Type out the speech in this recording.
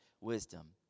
wisdom